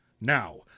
Now